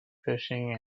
fishing